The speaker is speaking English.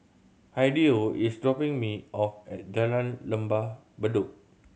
Hideo is dropping me off at Jalan Lembah Bedok